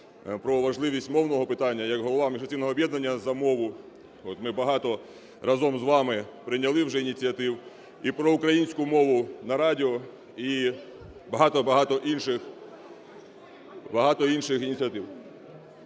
про важливість мовного питання як голова міжфракційного об'єднання "За мову". От ми багато разом з вами прийняли вже ініціатив і про українську мову на радіо і багато-багато інших, багато